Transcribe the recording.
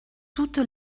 toute